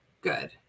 good